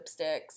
lipsticks